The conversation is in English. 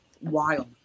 wild